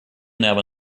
never